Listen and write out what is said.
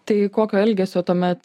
tai kokio elgesio tuomet